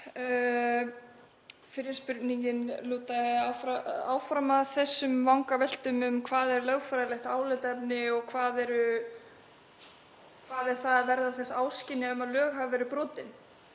Fyrri spurningin laut áfram að þessum vangaveltum um það hvað sé lögfræðilegt álitaefni og hvað er að verða þess áskynja að lög hafa verið brotin.